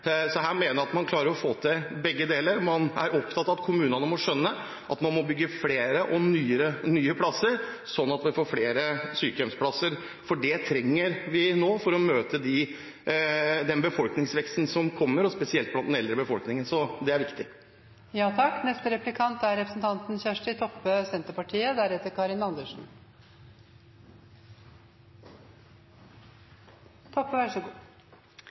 Så er det sånn at det er programprosesser, og det er det både i Kristelig Folkeparti og i Fremskrittspartiet – bl.a. om en tilskuddsordning nettopp for å sikre at man også får rehabilitert en del av de plassene som i dag må rehabiliteres. Her mener jeg at man klarer å få til begge deler. Man er opptatt av at kommunene må skjønne at de må bygge flere og nye plasser, sånn at vi får flere sykehjemsplasser, for det trenger vi nå for